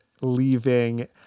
leaving